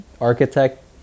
architect